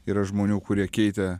yra žmonių kurie keitė